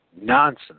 nonsense